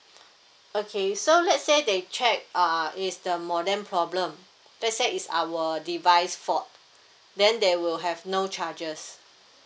okay so let's say they check uh is the modem problem let's say is our device fault then they will have no charges